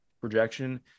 projection